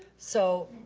so,